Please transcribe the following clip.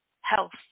health